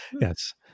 yes